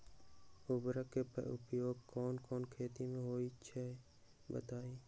उर्वरक के उपयोग कौन कौन खेती मे होई छई बताई?